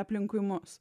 aplinkui mus